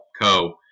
Co